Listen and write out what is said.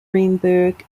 greenberg